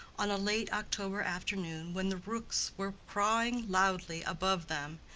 on a late october afternoon when the rooks were crawing loudly above them,